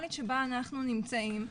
הדיגיטלית שבה אנחנו נמצאים.